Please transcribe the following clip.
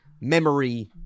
memory